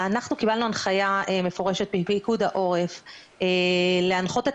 אנחנו קיבלנו הנחיה מפורשת מפיקוד העורף להנחות את